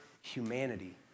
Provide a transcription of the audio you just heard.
humanity